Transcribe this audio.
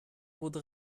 بود